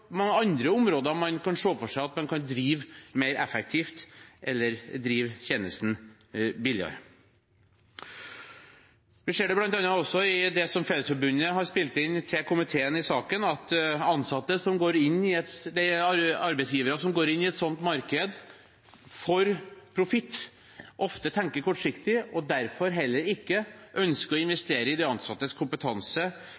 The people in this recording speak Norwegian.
mange andre områder der man kan se for seg at man kan drive mer effektivt eller drive tjenesten billigere. Vi ser det bl.a. også i det som Fellesforbundet har spilt inn til komiteen i saken, at arbeidsgivere som går inn i sånt marked for profitt, ofte tenker kortsiktig og derfor heller ikke ønsker å